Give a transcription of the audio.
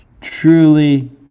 truly